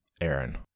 Aaron